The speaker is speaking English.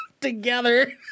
together